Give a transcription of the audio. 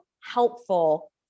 helpful